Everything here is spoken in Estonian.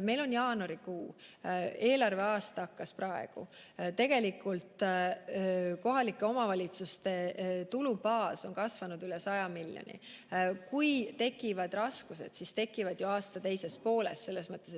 Meil on jaanuarikuu, eelarveaasta hakkas praegu. Tegelikult kohalike omavalitsuste tulubaas on kasvanud üle 100 miljoni. Kui tekivad raskused, siis need tekivad ju aasta teises pooles, selles mõttes, et